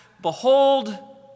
Behold